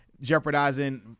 jeopardizing